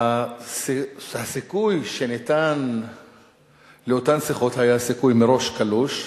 הסיכוי שניתן לאותן שיחות היה סיכוי קלוש מראש,